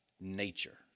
nature